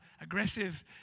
aggressive